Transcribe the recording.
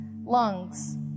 lungs